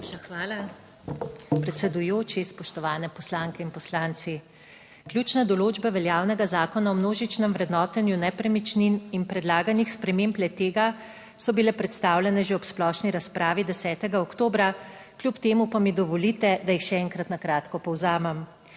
hvala, predsedujoči. Spoštovane poslanke in poslanci! Ključne določbe veljavnega Zakona o množičnem vrednotenju nepremičnin in predlaganih sprememb le-tega so bile predstavljene že ob splošni razpravi 10. oktobra, kljub temu pa mi dovolite, da jih še enkrat na kratko povzamem.